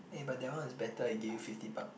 eh but that one is better it gived you fifty buck